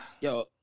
Yo